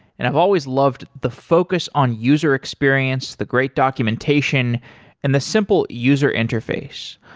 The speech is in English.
and i've always loved the focus on user experience, the great documentation and the simple user interface.